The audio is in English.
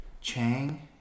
Chang